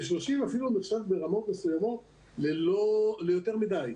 ו-30 אפילו נחשב ברמות מסוימות ליותר מדי.